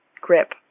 grip